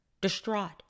Distraught